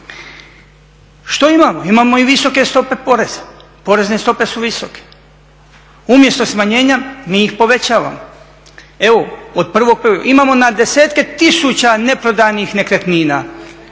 Što imamo, imamo i visoke stope poreza. Porezne stope su visoke. Umjesto smanjenja mi ih povećavamo. Imamo na desetke tisuća neprodanih nekretnina,